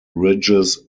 ridges